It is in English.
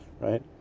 Right